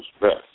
best